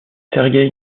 sergueï